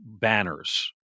banners